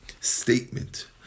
statement